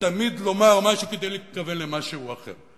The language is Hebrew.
תמיד לומר משהו כדי להתכוון למשהו אחר.